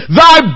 thy